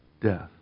death